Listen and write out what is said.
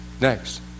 Next